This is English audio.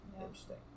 Interesting